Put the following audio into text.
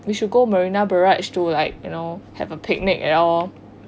we should go marina barrage to like you know have a picnic and all